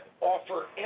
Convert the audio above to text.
offer